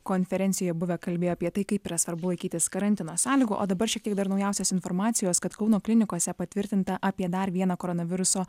konferencijoj buvę kalbėjo apie tai kaip yra svarbu laikytis karantino sąlygų o dabar šiek tiek dar naujausios informacijos kad kauno klinikose patvirtinta apie dar vieną koronaviruso